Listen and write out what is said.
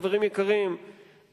חברים יקרים,